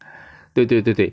对对对对